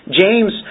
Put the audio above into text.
James